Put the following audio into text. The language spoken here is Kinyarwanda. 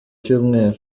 cyumweru